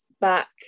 back